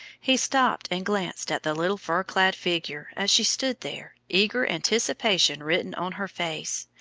he stopped and glanced at the little fur-clad figure as she stood there, eager anticipation written on her face,